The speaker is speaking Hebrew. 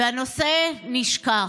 והנושא נשכח.